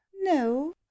No